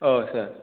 औ सार